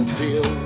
feel